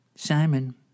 Simon